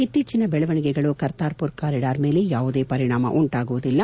ಇತ್ತೀಚಿನ ಬೆಳವಣಿಗೆಗಳು ಕರ್ತಾರ್ಮರ್ ಕಾರಿಡಾರ್ ಮೇಲೆ ಯಾವುದೇ ಪರಿಣಾಮ ಉಂಟಾಗುವುದಿಲ್ಲ